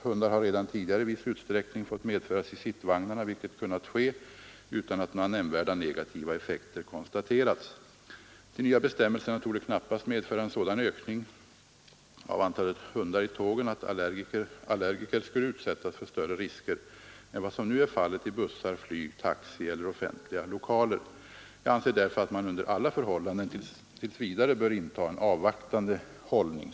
Hundar har redan tidigare i viss utsträckning fått medföras i sittvagnarna, vilket kunnat ske utan att några nämnvärda negativa effekter konstaterats. De nya bestämmelserna torde knappast medföra en sådan ökning av antalet hundar i tågen, att allergiker skulle utsättas för större risker än vad som nu är fallet i bussar, flyg, taxi eller offentliga lokaler. Jag anser därför att man under alla förhållanden tills vidare bör inta en avvaktande hållning.